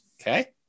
Okay